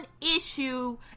issue